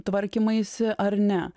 tvarkymaisi ar ne